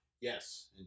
Yes